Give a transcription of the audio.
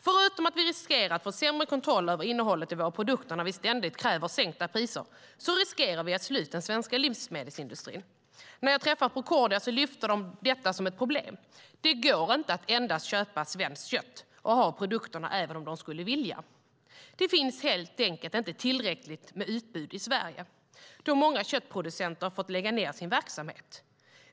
Förutom att vi riskerar att få sämre kontroll över innehållet i våra produkter när vi ständigt kräver sänkta priser riskerar vi att slå ut den svenska livsmedelsindustrin. När jag träffade Procordia lyfte de upp ett problem, nämligen att det inte går att endast köpa svenskt kött och ha i produkterna även om de skulle vilja. Det finns helt enkelt inte ett tillräckligt utbud i Sverige eftersom många köttproducenter har fått lägga ned sin verksamhet.